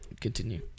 continue